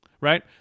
right